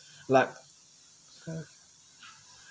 like uh